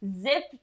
zip